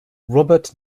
robert